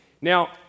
Now